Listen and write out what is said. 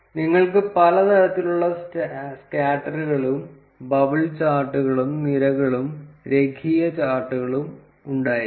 നിങ്ങൾക്ക് പല തരത്തിലുള്ള സ്കാറ്ററുകളും ബബിൾ ചാർട്ടുകളും നിരകളും രേഖീയ ചാർട്ടുകളും ഉണ്ടായിരിക്കാം